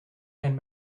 and